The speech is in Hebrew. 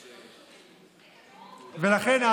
ולכן,